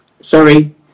sorry